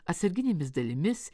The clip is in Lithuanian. atsarginėmis dalimis